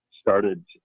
started